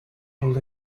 rule